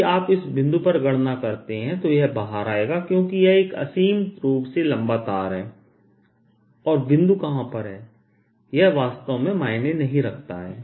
यदि आप इस बिंदु पर गणना करते हैं तो यह बाहर आएगा क्योंकि यह एक असीम रूप से लंबा तार है और बिंदु कहां पर है यह वास्तव में मायने नहीं रखता है